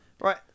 Right